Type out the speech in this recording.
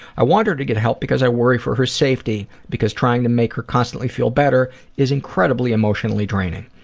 i want her to get help because i worry for her safety because trying to make her constantly feel better is incredibly emotionally draining.